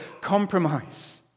compromise